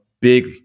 big